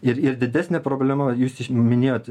ir ir didesnė problema jūs minėjot